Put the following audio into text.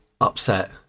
upset